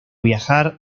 viajar